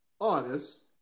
honest